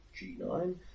G9